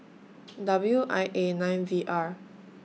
W I A nine V R